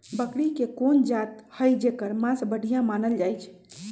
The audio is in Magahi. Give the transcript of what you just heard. बकरी के कोन जात हई जेकर मास बढ़िया मानल जाई छई?